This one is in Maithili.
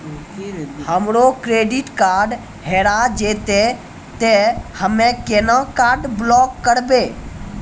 हमरो क्रेडिट कार्ड हेरा जेतै ते हम्मय केना कार्ड ब्लॉक करबै?